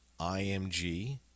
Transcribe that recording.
IMG